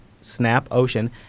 SnapOcean